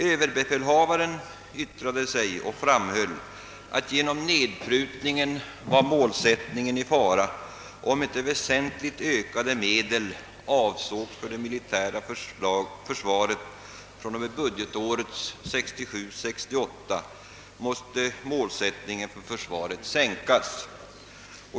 Överbefälhavaren yttrade sig och framhöll att målsättningen var i fara genom nedprutningen; om inte väsentligt ökade medel anslogs till det militära försvaret fr.o.m. budgetåret 1967/68 måste målsättningen för försvaret sänkas.